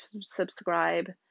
subscribe